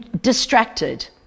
distracted